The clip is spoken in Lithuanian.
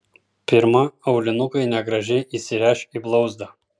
pirma aulinukai negražiai įsiręš į blauzdą